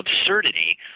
absurdity